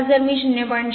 आता जर मी 0